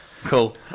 Cool